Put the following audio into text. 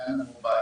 עניין המובייל,